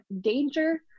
danger